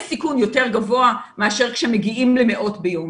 סיכון יותר גבוה מאשר כשמגיעים למאות ביום,